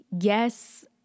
yes